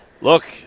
Look